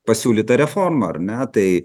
pasiūlytą reformą ar ne tai